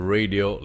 Radio